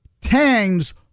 Tang's